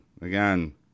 again